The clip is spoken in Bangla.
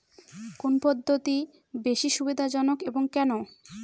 কোন পদ্ধতি বেশি সুবিধাজনক এবং কেন?